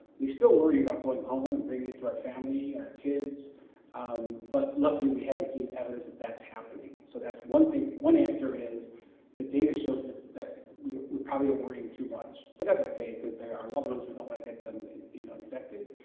we still worry about going home home and bringing it to our family and our kids um but luckily we haven't seen evidence that that's happening so that's one one answer is the data shows that that we we probably worry too much but that's okay because they're our loved ones we don't want to get them infected.